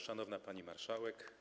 Szanowna Pani Marszałek!